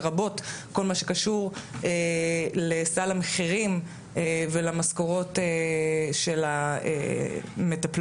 לרבות כל מה שקשור לסל המחירים ולמשכורות של המטפלות.